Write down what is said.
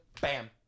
Bam